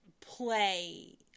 play